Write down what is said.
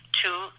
two